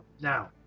Now